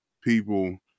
people